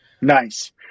Nice